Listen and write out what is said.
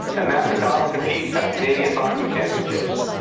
and matt macdonald compete at the canadian boxing championships.